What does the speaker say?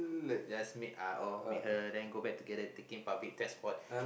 just meet uh meet her then go back together taking public transport